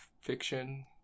fiction